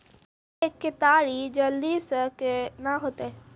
के केताड़ी जल्दी से के ना होते?